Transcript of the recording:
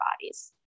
bodies